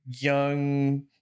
young